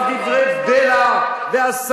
כדי לומר דבר בלע והסתה,